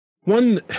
One